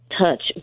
touch